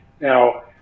Now